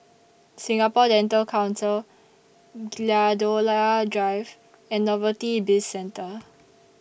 Singapore Dental Council Gladiola Drive and Novelty Bizcentre